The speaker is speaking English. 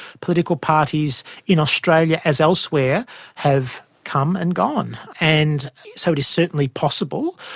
political parties in australia, as elsewhere have come and gone. and so it is certainly possible.